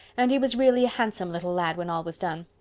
and he was really a handsome little lad when all was done.